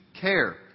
care